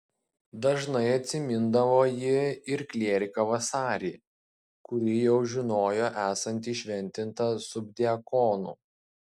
dažnai atsimindavo ji ir klieriką vasarį kurį jau žinojo esant įšventintą subdiakonu